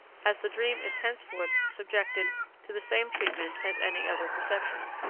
as the dream is henceforth subjected to the same treatment as any other perception.